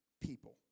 people